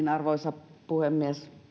arvoisa puhemies